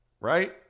right